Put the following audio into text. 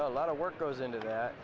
a lot of work goes into th